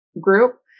group